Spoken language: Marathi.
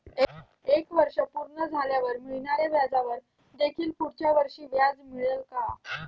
एक वर्ष पूर्ण झाल्यावर मिळणाऱ्या व्याजावर देखील पुढच्या वर्षी व्याज मिळेल का?